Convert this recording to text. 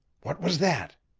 what was that?